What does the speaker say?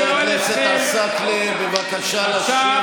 תסתכל על עצמך, חבר הכנסת עסאקלה, בבקשה לשבת.